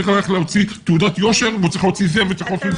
הוא צריך ללכת להוציא תעודת יושר ודברים נוספים,